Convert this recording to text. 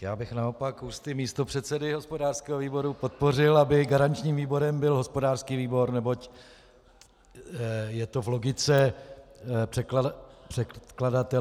Já bych naopak ústy místopředsedy hospodářského výboru podpořil, aby garančním výborem byl hospodářský výbor, neboť je to v logice předkladatele.